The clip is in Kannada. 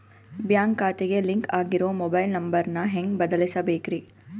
ಬ್ಯಾಂಕ್ ಖಾತೆಗೆ ಲಿಂಕ್ ಆಗಿರೋ ಮೊಬೈಲ್ ನಂಬರ್ ನ ಹೆಂಗ್ ಬದಲಿಸಬೇಕ್ರಿ?